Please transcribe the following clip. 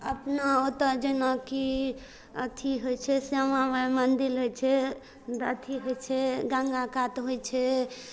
अपना ओतऽ जेनाकि अथी होइ छै श्यामा माइ मन्दिर होइ छै अथी होइ छै गंगा कात होइ छै